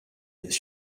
its